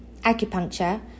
acupuncture